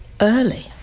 early